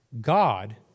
God